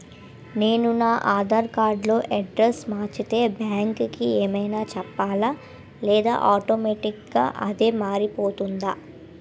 నేను నా ఆధార్ కార్డ్ లో అడ్రెస్స్ మార్చితే బ్యాంక్ కి ఏమైనా చెప్పాలా లేదా ఆటోమేటిక్గా అదే మారిపోతుందా?